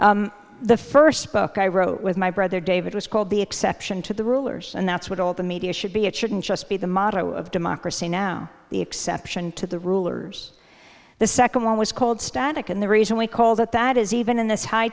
role the first book i wrote with my brother david was called the exception to the rulers and that's what all the media should be it shouldn't just be the motto of democracy now the exception to the rulers the second one was called static and the reason we called it that is even in this high